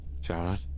Charlotte